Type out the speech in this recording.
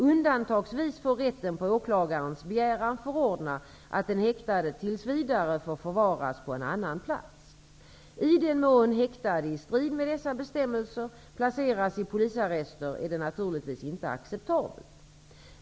Undantagsvis får rätten på åklagarens begäran förordna att den häktade tills vidare får förvaras på en annan plats. I den mån häktade i strid med dessa bestämmelser placeras i polisarrester är det naturligtvis inte acceptabelt.